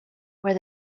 where